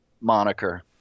moniker